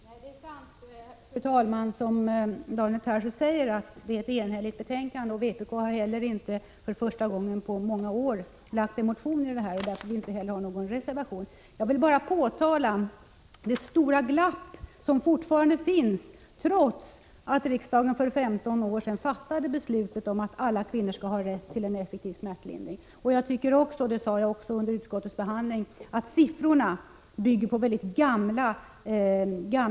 Fru talman! Nej, det är sant som Daniel Tarschys säger, att det är ett enhälligt betänkande, och vpk har heller inte — för första gången på många år — väckt någon motion. Vi har följaktligen inte någon reservation. Jag vill bara påtala det stora glapp som fortfarande finns trots att riksdagen för femton år sedan fattade beslut om att alla kvinnor skall ha rätt till en effektiv smärtlindring. Jag tycker också — det sade jag även under utskottsbehandlingen — att siffrorna bygger på väldigt gamla redovisningar.